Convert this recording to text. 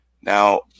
Now